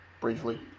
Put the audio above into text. briefly